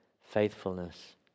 faithfulness